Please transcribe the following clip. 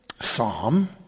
psalm